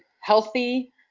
healthy